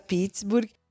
Pittsburgh